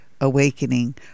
awakening